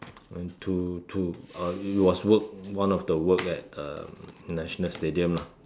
one two two uh it was work one of the work at um national stadium lah